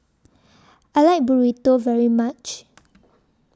I like Burrito very much